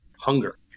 hunger